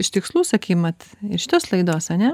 iš tikslų sakykim vat ir šitos laidos ane